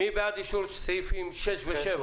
מי בעד אישור סעיפים 6, 7?